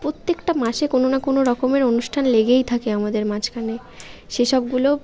প্রত্যেকটা মাসে কোনো না কোনো রকমের অনুষ্ঠান লেগেই থাকে আমাদের মাঝখানে সে সবগুলো